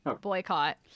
Boycott